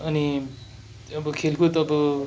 अनि अब खेलकुद अब